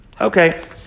Okay